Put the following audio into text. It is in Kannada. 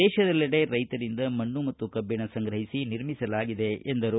ದೇಶದೆಲ್ಲೆಡೆ ರೈತರಿಂದ ಮಣ್ಣು ಮತ್ತು ಕಬ್ಬಿಣವನ್ನು ಸಂಗ್ರಹಿಸಿ ನಿರ್ಮಿಸಲಾಗಿದೆ ಎಂದರು